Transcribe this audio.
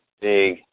big